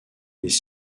les